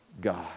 God